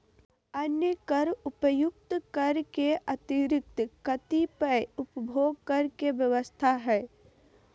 अन्य कर उपर्युक्त कर के अतिरिक्त कतिपय उपभोग कर के व्यवस्था ह